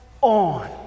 on